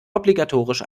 obligatorisch